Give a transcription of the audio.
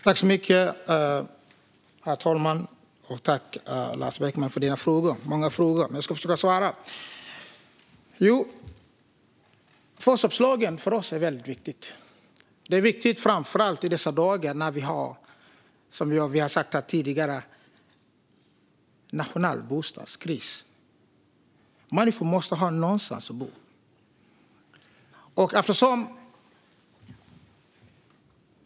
Herr talman! Tack för dina frågor, Lars Beckman! De var många, men jag ska försöka svara. Förköpslagen är viktig för oss. Den är viktig framför allt i dessa dagar när vi, så som har sagts här tidigare, har en nationell bostadskris. Människor måste ha någonstans att bo.